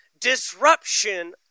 Disruption